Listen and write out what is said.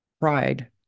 pride